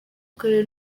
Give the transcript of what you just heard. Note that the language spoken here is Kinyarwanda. akarere